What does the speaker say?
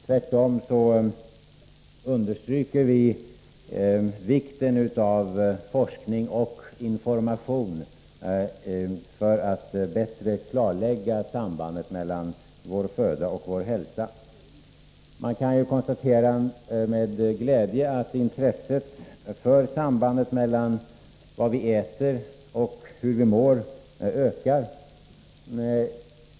Tvärtom understryker vi vikten av forskning och information för att bättre klarlägga sambandet mellan vår föda och vår hälsa. Man kan med glädje konstatera att intresset för sambandet mellan vad vi äter och hur vi mår ökar.